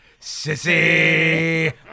Sissy